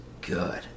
good